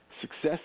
Success